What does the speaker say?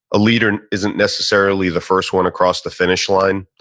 a leader isn't necessarily the first one across the finish line.